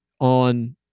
on